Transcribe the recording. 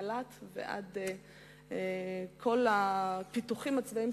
מהמל"ט ועד כל הפיתוחים הצבאיים,